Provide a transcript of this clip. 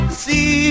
see